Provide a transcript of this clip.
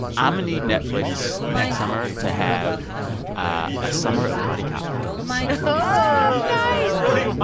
um need netflix, next summer, to have a summer of buddy cop films oh oh, nice i really